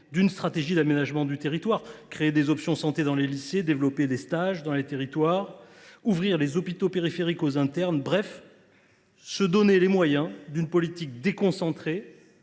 d’une stratégie d’aménagement du territoire – créer des options santé dans les lycées, développer les stages dans les territoires, ouvrir les hôpitaux périphériques aux internes. Bref, il faut se donner les moyens d’une politique déconcentrée